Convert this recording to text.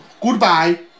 goodbye